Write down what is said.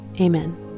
amen